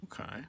Okay